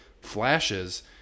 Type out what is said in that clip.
flashes—